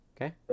Okay